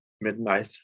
midnight